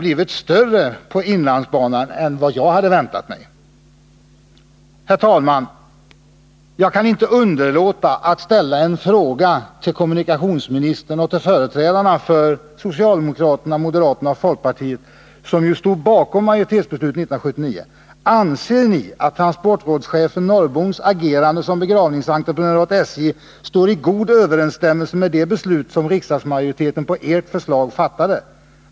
blivit större på inlandsbanan än vad jag hade väntat mig. Herr talman! Jag kan inte underlåta att ställa en fråga till kommunikationsministern och till företrädarna för socialdemokraterna, moderaterna och folkpartiet — som ju stod bakom majoritetsbeslutet 1979: Anser ni att transportrådschefen Norrboms agerande som begravningsentreprenör åt SJ står i god överensstämmelse med det beslut som riksdagsmajoriteten på ert förslag fattade?